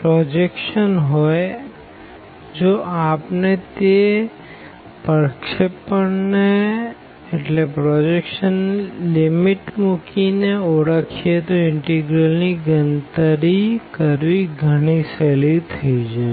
projection હોઈજો આપણે તે પ્રોજેક્શનને લીમીટ મૂકીને ઓળખીએ તો ઇનટેગ્રલ ની ગણતરી કરવી ગણી સહેલી થઇ જશે